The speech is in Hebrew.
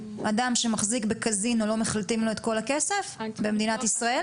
אדם שמחזיק בקזינו לא מחלטים לו את כל הכסף במדינת ישראל?